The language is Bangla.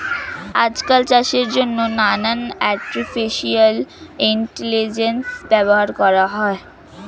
আজকাল চাষের জন্যে নানান আর্টিফিশিয়াল ইন্টেলিজেন্স ব্যবহার করা হয়